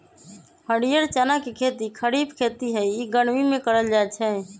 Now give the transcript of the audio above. हरीयर चना के खेती खरिफ खेती हइ इ गर्मि में करल जाय छै